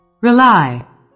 rely